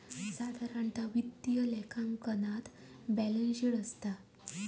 साधारण वित्तीय लेखांकनात बॅलेंस शीट असता